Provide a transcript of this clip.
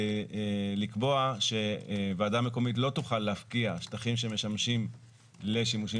לקבוע שוועדה מקומית לא תוכל להפקיע שטחים שמשמשים לשימושים